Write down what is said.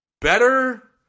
better